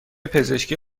پزشکی